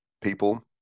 people